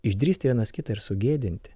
išdrįsti vienas kitą ir sugėdinti